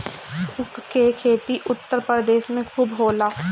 ऊख के खेती उत्तर प्रदेश में खूब होला